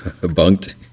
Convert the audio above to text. Bunked